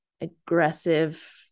aggressive